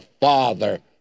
Father